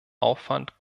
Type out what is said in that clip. aufwand